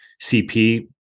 CP